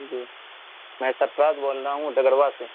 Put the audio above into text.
جی میں سرفراز بول رہا ہوں ڈگروا سے